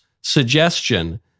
suggestion